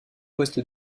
poste